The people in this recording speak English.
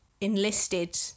enlisted